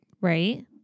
Right